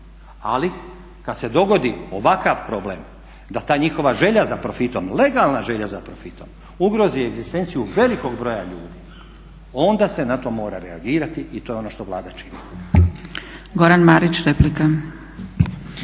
Ali kad se dogodi ovakav problem da ta njihova želja za profitom, legalna želja za profitom ugrozi egzistenciju velikog broja ljudi onda se na to mora reagirati i to je ono što Vlada čini. **Zgrebec, Dragica